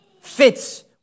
fits